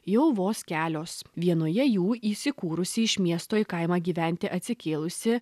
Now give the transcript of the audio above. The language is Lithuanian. jau vos kelios vienoje jų įsikūrusi iš miesto į kaimą gyventi atsikėlusi